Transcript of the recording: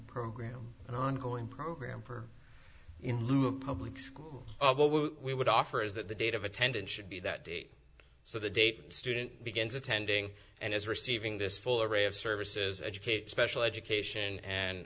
program ongoing program for in lieu of public school we would offer is that the date of attendance should be that date so the date student begins attending and is receiving this full array of services educate special education and